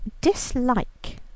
dislike